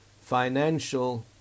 financial